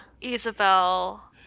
Isabel